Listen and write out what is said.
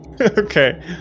Okay